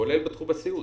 כולל בתחום הסיעוד.